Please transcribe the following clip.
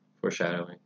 Foreshadowing